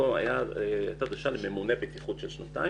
הייתה דרישה לממונה בטיחות של שנתיים.